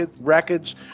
Records